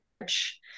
March